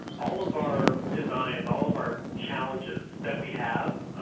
all of our design, all of our challenges that we have,